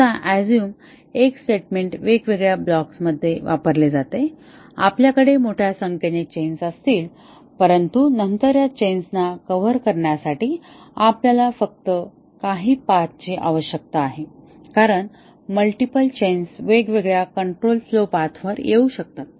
आता assume X statement वेगवेगळ्या ब्लॉक्समध्ये वापरले जाते आपल्याकडे मोठ्या संख्येने चेन्स असतील परंतु नंतर या चेन्स ना कव्हर करण्यासाठी आपल्याला फक्त काही पाथची आवश्यकता आहे कारण मल्टिपल चैन्स वेगवेगळ्या कंट्रोल फ्लो पाथ वर येऊ शकतात